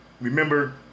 Remember